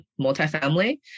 multifamily